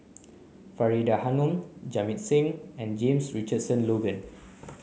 Faridah Hanum Jamit Singh and James Richardson Logan